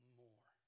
more